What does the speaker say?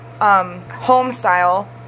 home-style